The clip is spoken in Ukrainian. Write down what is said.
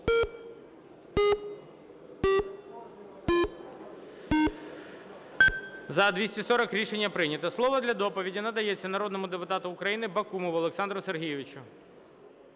За-240 Рішення прийнято. Слово для доповіді надається народному депутату України Бакумову Олександру Сергійовичу.